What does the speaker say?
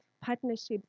partnerships